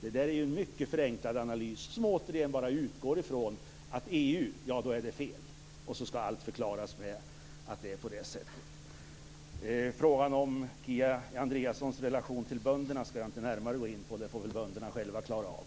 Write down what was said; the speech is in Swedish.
Det är en mycket förenklad analys som återigen bara utgår från att rör det EU - ja då är det fel. Allt skall förklaras med att det är på det sättet. Frågan om Kia Andreassons relation till bönderna skall jag inte närmare gå in på. Det får väl bönderna själva klara av.